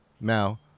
now